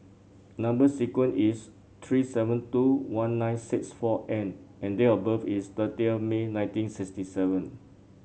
number sequence is three seven two one nine six four N and date of birth is thirty of May nineteen sixty seven